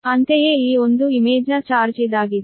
ಅಂತೆಯೇ ಈ ಒಂದು ಇಮೇಜ್ನ ಚಾರ್ಜ್ ಇದಾಗಿದೆ